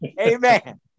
amen